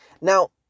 Now